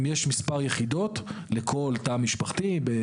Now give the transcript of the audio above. אם יש מספר יחידות לכל תא משפחתי.